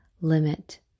limit